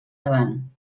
davant